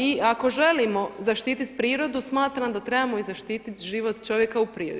I ako želimo zaštitit prirodu smatram da trebamo i zaštitit život čovjeka u prirodi.